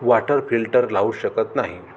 water filter लावू शकत नाही